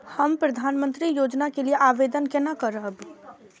हम प्रधानमंत्री योजना के लिये आवेदन केना करब?